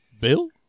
Bill